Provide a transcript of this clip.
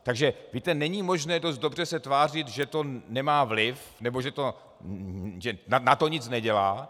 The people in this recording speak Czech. Takže, víte, není možné dost dobře se tvářit, že to nemá vliv nebo že NATO nic nedělá.